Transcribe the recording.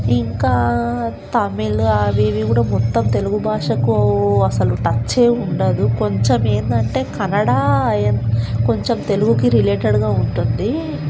ఇంకా తమిళ్ అవి ఇవి కూడా మొత్తం తెలుగు భాషకు అసలు టచ్చే ఉండదు కొంచెం ఏంటంటే కన్నడ అవి కొంచెం తెలుగుకి రిలేటెడ్గా ఉంటుంది